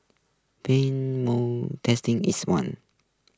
Pang's Motor Trading is one